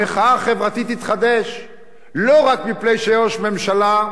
המחאה החברתית תתחדש לא רק מפני שיש ממשלה,